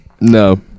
No